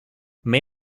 may